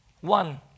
One